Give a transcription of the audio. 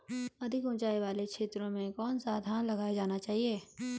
अधिक उँचाई वाले क्षेत्रों में कौन सा धान लगाया जाना चाहिए?